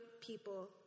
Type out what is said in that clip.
people